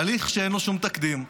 הליך שאין לו שום תקדים.